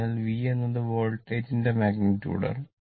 അതിനാൽ V എന്നത് വോൾട്ടേജിന്റെ മാഗ്നിറ്റുഡ് ആണ്